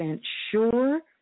sure